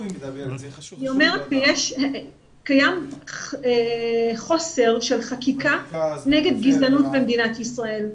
אני אומרת שקיים חוסר של חקיקה נגד גזענות במדינת ישראל.